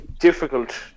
difficult